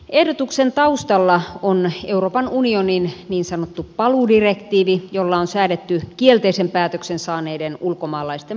ehdotuksen taustalla on euroopan unionin niin sanottu paluudirektiivi jolla on säädetty kielteisen päätöksen saaneiden ulkomaalaisten palauttamisesta